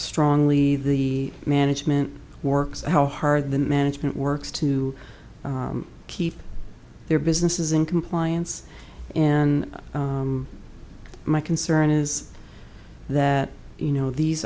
strongly the management works how hard the management works to keep their businesses in compliance and my concern is that you know these